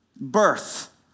birth